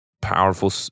powerful